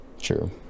True